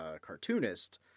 cartoonist